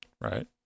Right